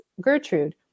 Gertrude